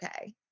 okay